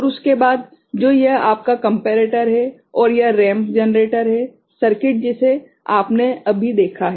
और उसके बाद तो यह आपका कम्पेरेटर है और यह रैंप जनरेटर है सर्किट जिसे आपने अभी देखा है